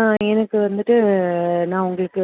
ஆ எனக்கு வந்துட்டு நான் உங்களுக்கு